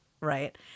Right